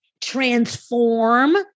transform